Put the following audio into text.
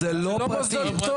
זה לא פרטי.